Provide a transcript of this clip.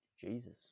Jesus